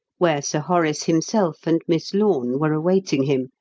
where sir horace himself and miss lorne were awaiting him,